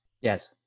Yes